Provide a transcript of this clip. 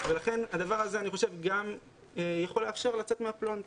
ולכן אני חושב שהדבר הזה יכול לאפשר לצאת מהפלונטר.